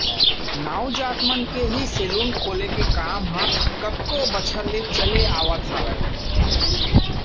नाऊ जात मन के ही सेलून खोले के काम ह कतको बछर ले चले आवत हावय